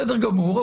בסדר גמור,